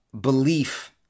belief